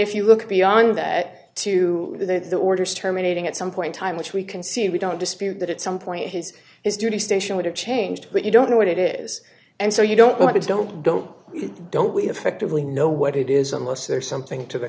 if you look beyond that to the orders terminating at some point time which we can see we don't dispute that at some point his his duty station would have changed but you don't know what it is and so you don't want it don't don't don't we have had to really know what it is unless there's something to the